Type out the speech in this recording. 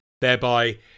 thereby